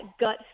gut